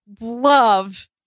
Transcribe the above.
love